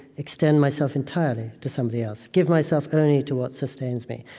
extend myself entirely to somebody else. give myself only to what sustains me.